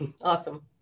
Awesome